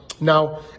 Now